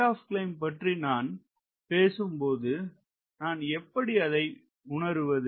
Rate of Climb பற்றி நான் பேசும்போது நான் எப்படி அதை உணருவது